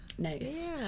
nice